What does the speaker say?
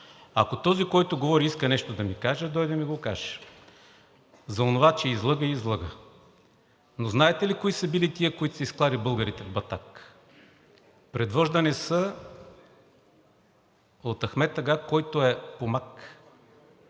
Ако този, който говори, иска нещо да ми каже, да дойде да ми го каже. За онова, че излъга – излъга. Но знаете ли кои са били тези, които са изклали българите в Батак? Предвождани са от Ахмед ага, който е помак.